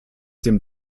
dem